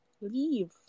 leave